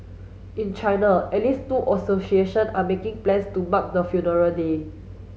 in China at least two association are making plans to mark the funeral day